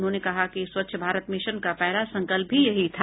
उन्होंने कहा कि स्वच्छ भारत मिशन का पहला संकल्प भी यही था